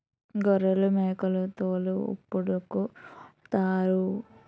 గొర్రెలమేకల తోలు డప్పులుకు వాడుతారు